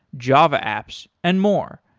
java apps and more.